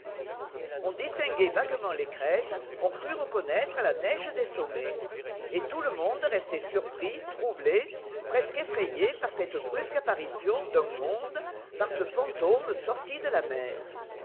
on distinguait vaguement les crêtes on crut reconnaître la neige des sommets et tout le monde restait surpris troublé presque effrayé par cette brusque apparition d'un monde par ce fantôme sorti de la mer